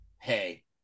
hey